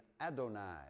Adonai